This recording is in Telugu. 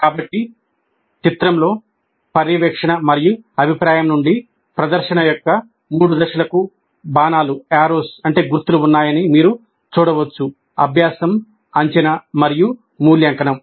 కాబట్టి చిత్రంలో పర్యవేక్షణ మరియు అభిప్రాయం నుండి ప్రదర్శన యొక్క మూడు దశలకు బాణాలు గుర్తులు ఉన్నాయని మీరు చూడవచ్చు అభ్యాసం అంచనా మరియు మూల్యాంకనం